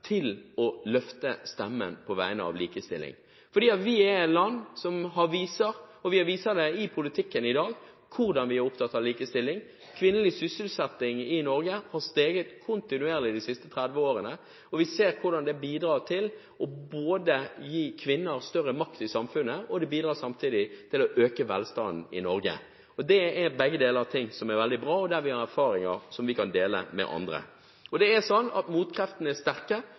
til å løfte stemmen på vegne av likestilling. Vi er et land som har vist, og vi viser det i politikken i dag, hvordan vi er opptatt av likestilling. Kvinnelig sysselsetting i Norge har steget kontinuerlig de siste 30 årene, og vi ser hvordan det bidrar til å gi kvinner større makt i samfunnet, samtidig som det bidrar til å øke velstanden i Norge. Begge deler er veldig bra, og her har vi erfaringer som vi kan dele med andre. Og det er sterke motkrefter. Når det gjelder seksuelle og reproduktive helse- og rettighetsspørsmål, er